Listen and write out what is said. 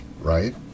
right